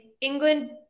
England